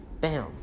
bam